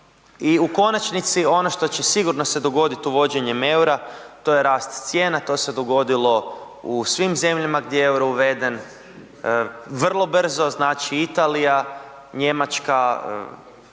I u konačnici ono što će sigurno se dogodit uvođenjem EUR-a to je rast cijena, to se dogodilo u svim zemljama gdje je EUR-o uveden, vrlo brzo. Znači, Italija, Njemačka,